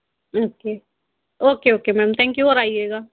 okay okay okay ma'am thank you और आइयेगा